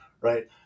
right